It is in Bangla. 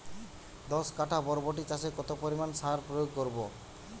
দশ কাঠা বরবটি চাষে কত পরিমাণ সার প্রয়োগ করব?